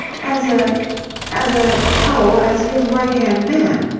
as a as a oh, as his right-hand man.